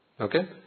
Okay